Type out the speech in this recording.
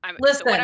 listen